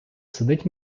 сидить